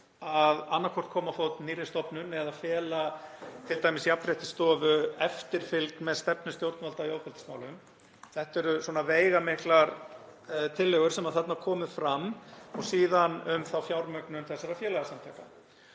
annaðhvort á fót nýrri stofnun eða fela t.d. Jafnréttisstofu eftirfylgd með stefnu stjórnvalda í ofbeldismálum — þetta eru veigamiklar tillögur sem þarna komu fram — og síðan um fjármögnun þessara félagasamtaka.